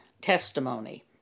testimony